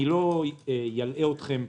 אני לא אלאה אתכם.